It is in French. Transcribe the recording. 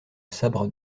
sabre